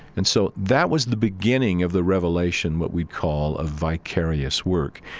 and so that was the beginning of the revelation, what we call a vicarious work.